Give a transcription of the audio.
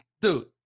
dude